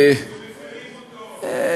עושים חוק ומפרים אותו.